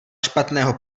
špatného